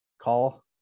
call